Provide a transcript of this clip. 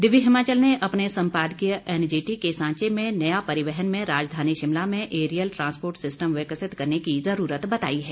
दिव्य हिमाचल ने अपने संपादकीय एनजीटी के सांचे में नया परिवहन में राजधानी शिमला में एरियल ट्रांसपोर्ट सिस्टम विकसित करने की जरूरत बताई है